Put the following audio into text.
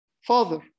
father